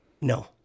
No